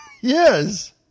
Yes